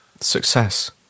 success